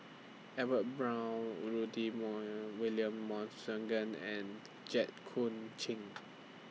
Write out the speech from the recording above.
Edwin Brown Rudy William and Jit Koon Ch'ng